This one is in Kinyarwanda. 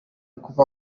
kuva